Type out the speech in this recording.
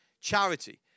Charity